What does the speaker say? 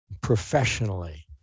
professionally